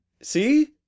See